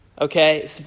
Okay